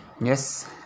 Yes